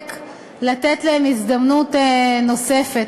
המחוקק לתת להם הזדמנות נוספת,